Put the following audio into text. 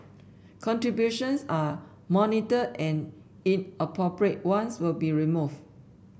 contributions are monitored and inappropriate ones will be removed